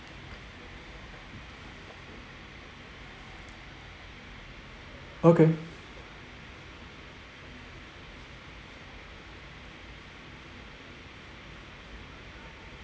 okay